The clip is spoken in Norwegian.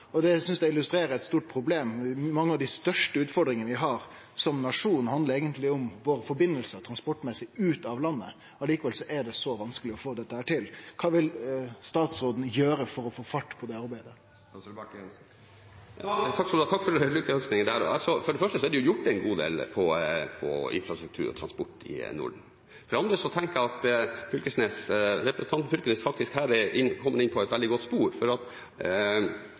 Det synest eg illustrerer eit stort problem. Mange av dei største utfordringane vi har som nasjon, handlar eigentleg om våre samband transportmessig, ut av landet. Likevel er det så vanskeleg å få dette til. Kva vil statsråden gjere for å få fart på det arbeidet? Takk for lykkønskningene. For det første er det gjort en god del på infrastruktur og transport i Norden. For det andre tenker jeg at her er representanten Knag Fylkesnes kommet inn på et veldig godt spor, fordi for Norden og for vår landsdel Nord-Norge i særdeleshet vil eksportrutene ut av landsdelen, gjennom Norden, være de aller viktigste. Jeg tenker at